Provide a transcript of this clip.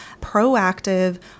proactive